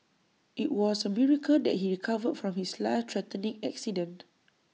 IT was A miracle that he recovered from his life threatening accident